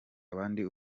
abandi